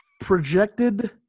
Projected